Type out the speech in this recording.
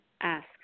ask